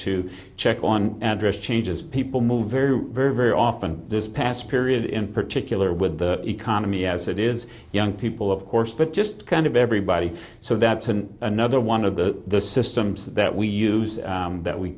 to check on address changes people move very very very often this past period in particular with the economy as it is young people of course but just kind of everybody so that's an another one of the systems that we use that we